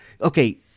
okay